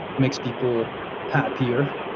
makes people happier.